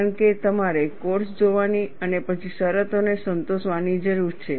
કારણ કે તમારે કોડ્સ જોવાની અને પછી શરતોને સંતોષવાની જરૂર છે